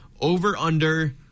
over-under